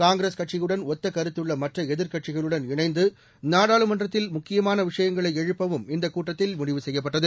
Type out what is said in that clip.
காங்கிரஸ் கட்சியுடன் ஒத்த கருத்துள்ள மற்ற எதிர்க்கட்சிகளுடன் இணைந்து நாடாளுமன்றத்தில் முக்கியமான விஷயங்களை எழுப்பவும் இந்தக் கூட்டத்தில் முடிவு செய்யப்பட்டது